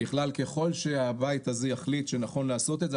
ככל שהבית הזה יחליט שנכון לעשות את זה,